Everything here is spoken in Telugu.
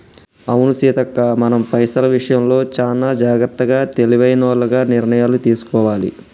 అవును సీతక్క మనం పైసల విషయంలో చానా జాగ్రత్తగా తెలివైనోల్లగ నిర్ణయాలు తీసుకోవాలి